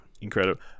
incredible